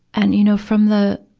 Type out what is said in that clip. and, you know, from the,